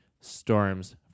storms